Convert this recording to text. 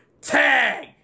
Tag